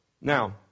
Now